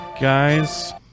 guys